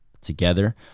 together